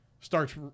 starts